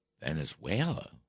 Venezuela